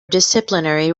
disciplinary